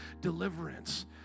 deliverance